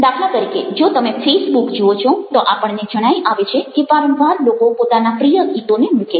દાખલા તરીકે જો તમે ફેઇસબુક જુઓ છો તો આપણને જણાઈ આવે છે કે વારંવાર લોકો પોતાના પ્રિય ગીતોને મૂકે છે